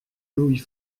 louis